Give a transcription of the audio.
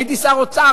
הייתי שר אוצר,